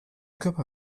körper